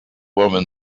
woman